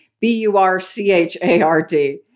B-U-R-C-H-A-R-D